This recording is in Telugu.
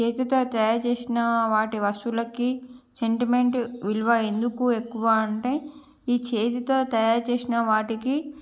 చేతితో తయారుచేసిన వాటి వస్తువులకి సెంటిమెంట్ విలువ ఎందుకు ఎక్కువ అంటే ఈ చేతితో తయారు చేసిన వాటికి